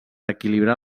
equilibrar